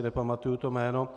Nepamatuji si to jméno.